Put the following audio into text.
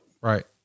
Right